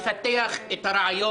(הישיבה נפסקה בשעה 15:54